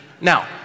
Now